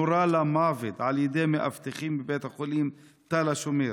נורה למוות על ידי מאבטחים בבית החולים תל השומר.